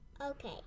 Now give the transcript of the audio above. Okay